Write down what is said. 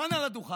כאן, על הדוכן,